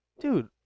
Dude